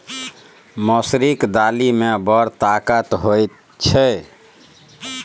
मसुरीक दालि मे बड़ ताकत होए छै